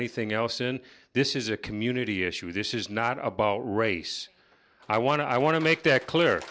anything else and this is a community issue this is not about race i want to i want to make that clear